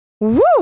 Woo